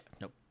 Nope